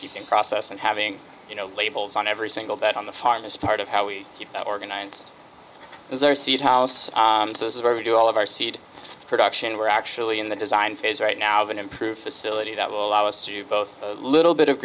keeping process and having you know labels on every single bet on the farm is part of how we organize their seed house so this is where we do all of our seed production we're actually in the design phase right now of an improved facility that will allow us to do both a little bit of